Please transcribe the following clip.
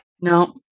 No